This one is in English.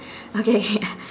okay ya